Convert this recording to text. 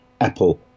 Apple